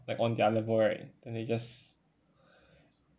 like on their level right then they just